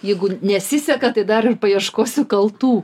jeigu nesiseka tai dar ir paieškosiu kaltų